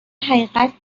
حقیقت